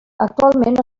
actualment